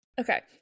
Okay